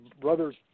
brothers